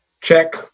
check